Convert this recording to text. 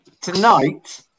tonight